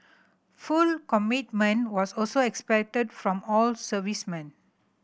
full commitment was also expected from all servicemen